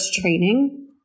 training